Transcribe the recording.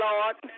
Lord